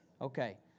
Okay